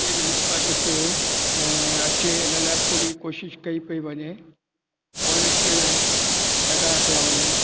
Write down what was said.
हिते अचे इन लाइ पूरी कोशिश कई पई वञे वण टिण लॻाया पिया वञनि